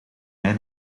mij